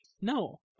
No